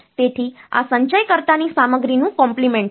તેથી આ સંચયકર્તાની સામગ્રીનું કોમ્પ્લીમેન્ટ છે